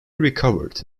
recovered